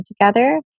together